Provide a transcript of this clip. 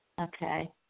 Okay